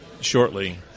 shortly